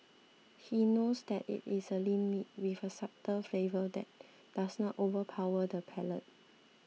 he knows that it is a lean meat with a subtle flavour that does not overpower the palate